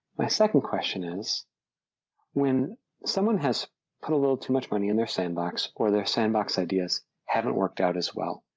my second question is when someone has put a little too much money in their sandbox or their sandbox ideas haven't worked out as well.